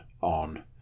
on